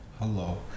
Hello